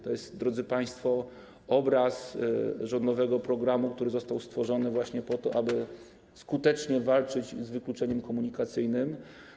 To jest, drodzy państwo, obraz rządowego programu, który został stworzony właśnie po to, aby skutecznie walczyć z wykluczeniem komunikacyjnym.